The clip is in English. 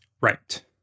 Right